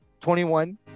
21